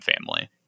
family